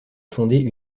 fonder